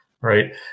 Right